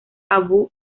abu